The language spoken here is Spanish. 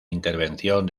intervención